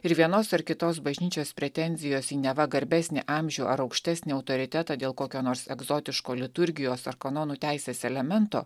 ir vienos ar kitos bažnyčios pretenzijos į neva garbesnį amžių ar aukštesnį autoritetą dėl kokio nors egzotiško liturgijos ar kanonų teisės elemento